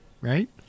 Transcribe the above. Right